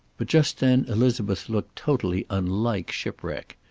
but just then elizabeth looked totally unlike shipwreck.